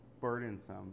burdensome